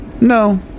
no